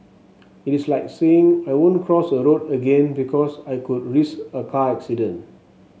it is like saying I won't cross a road again because I could risk a car accident